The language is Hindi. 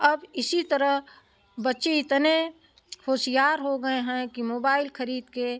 अब इसी तरह बच्चे इतने होशियार हो गए हैं कि मोबाइल खरीद कर